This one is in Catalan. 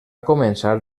començar